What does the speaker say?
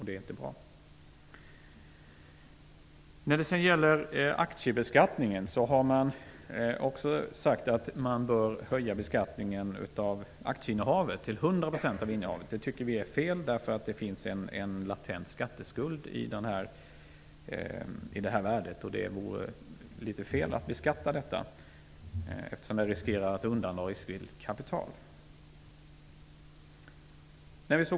Det är inte bra. Man har också sagt att man bör höja beskattningen av aktieinnehavet till 100 % av innehavet. Det tycker vi är fel, eftersom det finns en latent skatteskuld i det här värdet. Det vore litet fel att beskatta detta, eftersom man riskerar att riskvilligt kapital undandras.